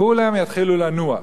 כולם יתחילו לנוע.